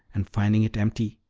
and, finding it empty,